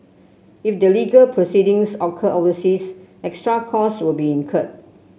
if the legal proceedings occur overseas extra cost will be incurred